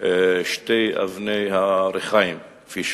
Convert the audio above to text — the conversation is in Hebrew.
שתי אבני הריחיים, כפי שאומרים.